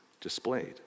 displayed